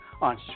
on